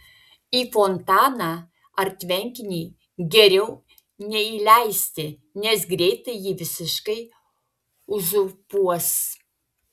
į fontaną ar tvenkinį geriau neįleisti nes greitai jį visiškai uzurpuos